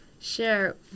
Share